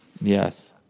Yes